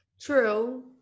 true